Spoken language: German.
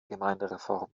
gemeindereform